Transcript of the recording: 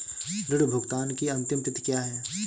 ऋण भुगतान की अंतिम तिथि क्या है?